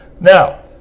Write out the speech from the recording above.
Now